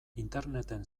interneten